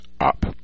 up